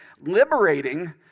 liberating